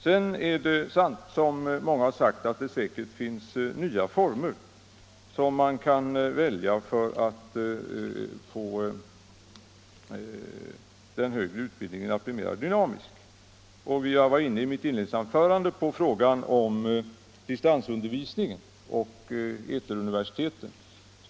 Sedan är det säkerligen sant som många säger att det finns andra former att välja för att göra den högre utbildningen mera dynamisk. Jag var i mitt inledningsanförande inne på frågan om distansundervisningen och eteruniversiteten.